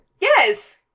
Yes